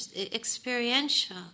experiential